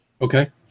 Okay